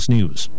News